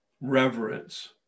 reverence